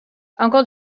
uncle